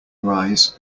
rise